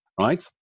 right